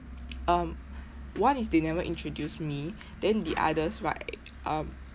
um one is they never introduce me then the others right um